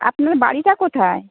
আপনার বাড়িটা কোথায়